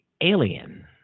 alien